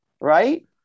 right